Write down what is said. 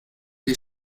die